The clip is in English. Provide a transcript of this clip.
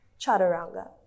Chaturanga